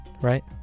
Right